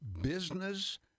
business